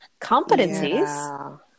competencies